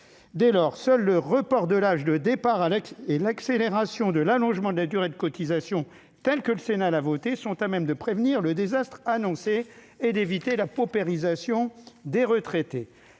Dès lors, seuls le report de l'âge de départ à la retraite et l'accélération de l'allongement de la durée de cotisation, ainsi que le Sénat l'avait proposé, sont à même de prévenir le désastre annoncé et d'éviter la paupérisation des retraités.